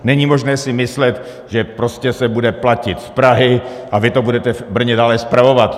Není možné si myslet, že prostě se bude platit z Prahy a vy to budete v Brně dále spravovat.